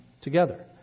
together